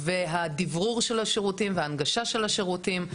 בדברור ובהנגשה של השירותים,